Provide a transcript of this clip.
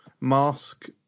mask